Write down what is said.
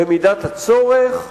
במידת הצורך,